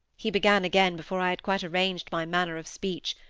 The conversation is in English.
he began again before i had quite arranged my manner of speech.